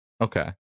Okay